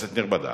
כנסת נכבדה,